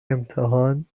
امتحان